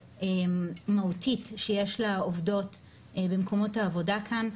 מהותית שיש לעובדות במקומות העבודה כאן,